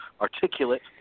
articulate